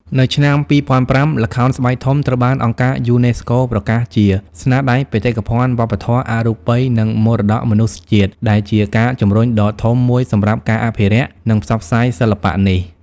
នៅឆ្នាំ ២០០៥ ល្ខោនស្បែកធំត្រូវបានអង្គការយូណេស្កូប្រកាសជា ស្នាដៃបេតិកភណ្ឌវប្បធម៌អរូបី និងមរតកមនុស្សជាតិ ដែលជាការជំរុញដ៏ធំមួយសម្រាប់ការអភិរក្ស និងផ្សព្វផ្សាយសិល្បៈនេះ ។